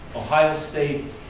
ohio state,